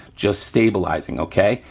just stabilizing, okay?